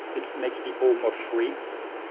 it makes people more free.